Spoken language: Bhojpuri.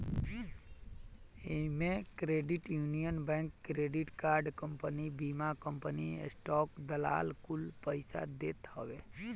इमे credit union bank, credit card company, बीमा कंपनी, स्टाक दलाल कुल पइसा देत हवे